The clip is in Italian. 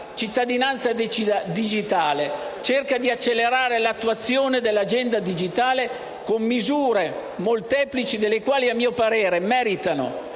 cittadinanza digitale cerca di accelerare l'attuazione dell'agenda digitale con misure molteplici, delle quali a mio parere meritano